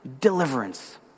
deliverance